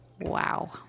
Wow